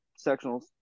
sectionals